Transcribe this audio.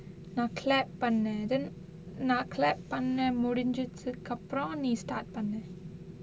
நா:naa clap பண்னேன்:pannaen then நா:naa clap பண்ண முடிஞ்சதுக்கு அப்புறம் நீ:panna mudinchathukku appuram nee start பண்ணு:pannu